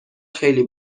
خیلی